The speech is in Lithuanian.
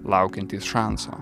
laukiantys šanso